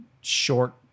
short